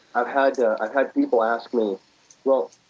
i've had ah i've had people ask me well,